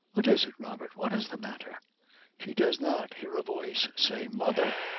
what is it, robert? what is the matter she does not hear a voice say, mother!